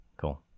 Cool